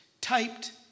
typed